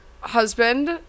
husband